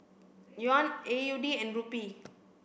Yuan A U D and Rupee